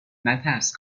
نترس